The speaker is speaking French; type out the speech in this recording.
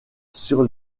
sur